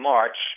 March